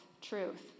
truth